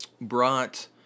brought